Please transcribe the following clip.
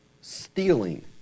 stealing